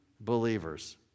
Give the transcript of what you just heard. believers